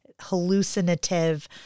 hallucinative